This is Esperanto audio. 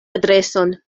adreson